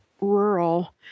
rural